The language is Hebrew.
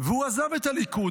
הוא עזב את הליכוד,